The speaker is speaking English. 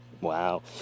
Wow